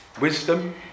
Wisdom